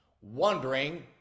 wondering